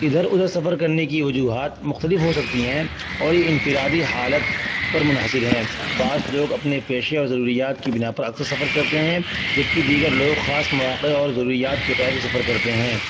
ادھر ادھر سفر کرنے کی وجوہات مختلف ہو سکتی ہیں اور یہ انفرادی حالت پر منحصر ہے بعض لوگ اپنے پیشے اور ضروریات کی بنا پر اکثر سفر کرتے ہیں جبکہ دیگر لوگ خاص مواقع اور ضروریات کے تحت ہی سفر کرتے ہیں